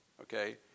Okay